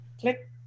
click